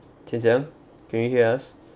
jian siang can you hear us